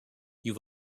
you